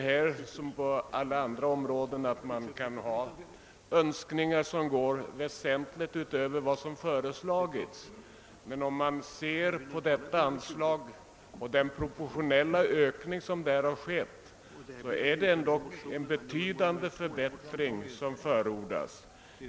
Här som på alla andra områden kan man ha önskemål som sträcker sig väsentligt längre än vad som föreslagits, men ser man på detta anslag och den proportionella ökning som skett finner man dock att det förordas en betydande förbättring.